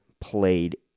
played